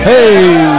Hey